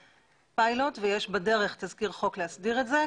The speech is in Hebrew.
פיילוט ויש בדרך תזכיר חוק להסדיר את זה.